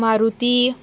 Maruti